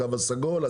הקו הסגול.